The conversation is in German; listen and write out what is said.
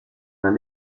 man